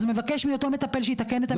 אז הוא מבקש מאותו מטפל שייתקן את המיטה,